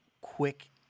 quick